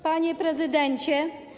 Panie Prezydencie!